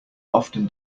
often